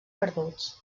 perduts